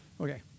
Okay